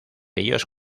ellos